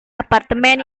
apartemen